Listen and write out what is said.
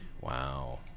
wow